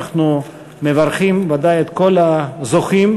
אנחנו מברכים ודאי את כל הזוכים,